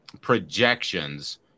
projections